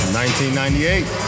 1998